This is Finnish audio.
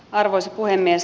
arvoisa puhemies